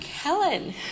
Helen